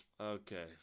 Okay